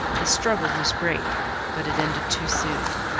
the struggle was great but it ended too soon.